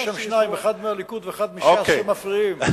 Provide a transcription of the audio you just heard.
יש שם שניים, אחד מהליכוד ואחד מש"ס, שמפריעים.